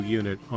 unit